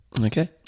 Okay